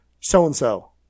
so-and-so